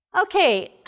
Okay